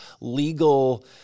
legal